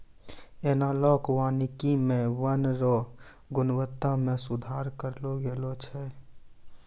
एनालाँक वानिकी मे वन रो गुणवत्ता मे सुधार करलो गेलो छै